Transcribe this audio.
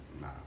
Nah